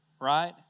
right